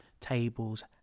Tables